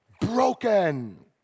Broken